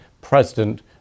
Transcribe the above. president